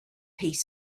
piece